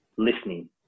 listening